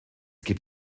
gibt